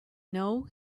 know